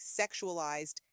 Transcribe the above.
sexualized